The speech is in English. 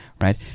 right